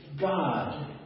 God